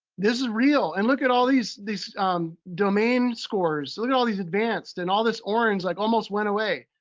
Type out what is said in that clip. this is real. and look at all these these domain scores. look at all these advanced, and all this orange like almost went away.